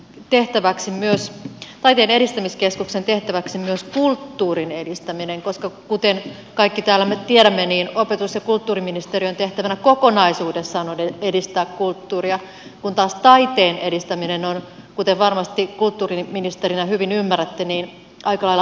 tehtäväksi lakiin taiteen edistämiskeskuksen tehtäväksi tuodaan myös kulttuurin edistäminen koska kuten kaikki täällä me tiedämme niin opetus ja kulttuuriministeriön tehtävänä kokonaisuudessaan on edistää kulttuuria kun taas taiteen edistäminen on kuten varmasti kulttuuriministerinä hyvin ymmärrätte aika lailla eri asia